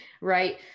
Right